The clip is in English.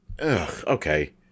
okay